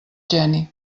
geni